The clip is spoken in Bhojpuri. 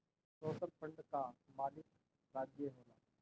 सोशल फंड कअ मालिक राज्य होला